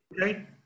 right